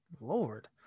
Lord